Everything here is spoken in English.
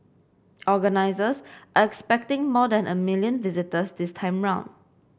organisers are expecting more than a million visitors this time round